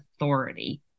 authority